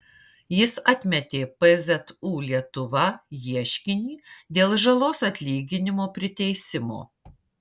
jis atmetė pzu lietuva ieškinį dėl žalos atlyginimo priteisimo